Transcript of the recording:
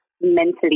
mentally